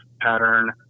pattern